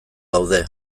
daude